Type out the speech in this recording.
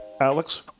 Alex